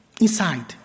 inside